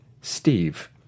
Steve